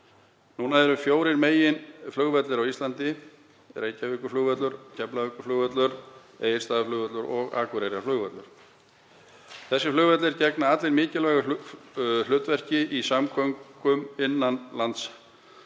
Núna eru fjórir meginflugvellir á Íslandi, Reykjavíkurflugvöllur, Keflavíkurflugvöllur, Egilsstaðaflugvöllur og Akureyrarflugvöllur. Þessir flugvellir gegna allir mikilvægu hlutverki í samgöngum innan lands